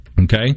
Okay